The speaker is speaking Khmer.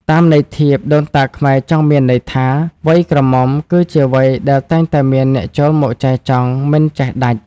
តាមន័យធៀប ដូនតាខ្មែរចង់មានន័យថា វ័យក្រមុំគឺជាវ័យដែលតែងតែមានអ្នកចូលមកចែចង់មិនចេះដាច់។